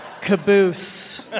Caboose